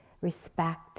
respect